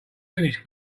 finished